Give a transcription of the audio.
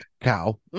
cow